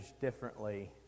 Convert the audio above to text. differently